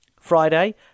Friday